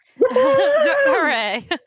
Hooray